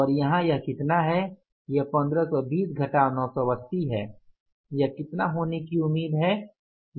और यहाँ यह कितना है यह 1520 घटाव 980 है यह कितना होने की उम्मीद है